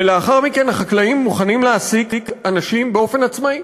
ולאחר מכן החקלאים מוכנים להעסיק אנשים באופן עצמאי,